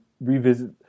revisit